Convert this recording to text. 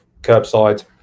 curbside